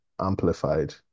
Amplified